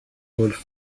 گلف